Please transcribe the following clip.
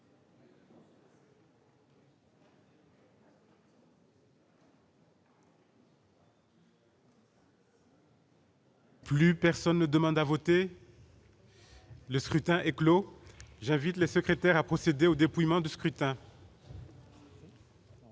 Plus personne ne demande à voter. Le scrutin est clos Javid la secrétaire à procéder au dépouillement de scrutin.